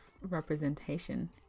representation